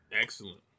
Excellent